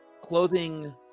clothing